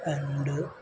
and